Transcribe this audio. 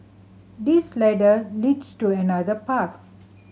this ladder leads to another path